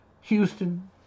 Houston